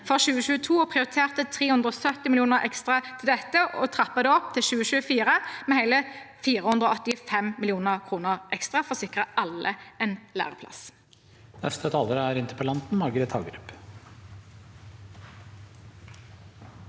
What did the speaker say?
for 2022 og prioriterte 370 mill. kr ekstra til dette. Og vi trapper det opp i 2024 med hele 485 mill. kr ekstra for å sikre alle en læreplass.